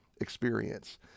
experience